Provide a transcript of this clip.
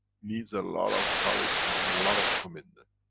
needs a lot of courage and a lot of commitment.